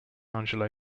angelo